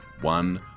one